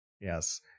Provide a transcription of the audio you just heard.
yes